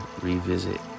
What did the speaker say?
revisit